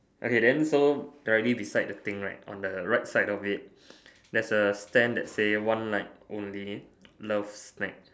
okay then so directly beside the thing right on the right side of it there is a stand that say one night only love night